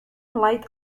light